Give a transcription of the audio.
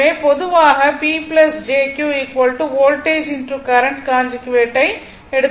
எனவே பொதுவாக P jQ voltage current கான்ஜுகேட்டை எடுத்துள்ளோம்